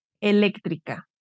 eléctrica